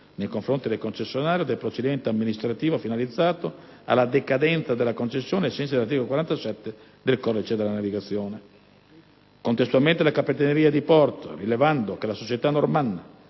nei confronti del concessionario, del procedimento amministrativo finalizzato alla decadenza della concessione ai sensi dell'articolo 47 del codice della navigazione. Contestualmente, la Capitaneria di porto di Palermo, rilevando che la società Normanna